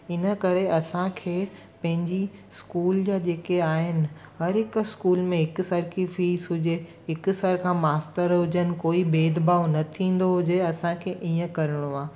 इन करे असांखे पंहिंजी इस्कूल जा जेके आहिनि हर हिकु इस्कूल में हिकु सर की फीस हुजे हिकु सरीका मास्तर हुजनि कोई भेदभाव न थींदो हुजे असांखे ईअं करिणो आहे